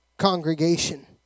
congregation